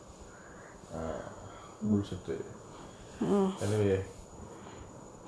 ah bullshit anyway